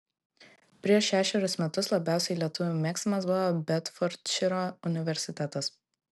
prieš šešerius metus labiausiai lietuvių mėgstamas buvo bedfordšyro universitetas